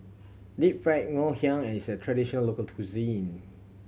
Deep Fried Ngoh Hiang is a traditional local cuisine